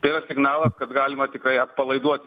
tai yra signalas kad galima tikrai atpalaiduot